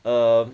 err